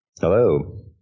Hello